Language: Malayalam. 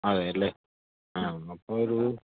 അതേ അല്ലെ ആ അപ്പം ഒരു